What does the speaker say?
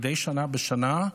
מדי שנה בשנה,